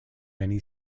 many